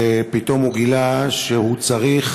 ופתאום הוא גילה שהוא צריך,